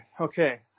Okay